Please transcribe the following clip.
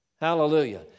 Hallelujah